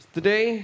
Today